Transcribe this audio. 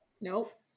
nope